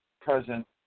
present